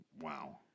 wow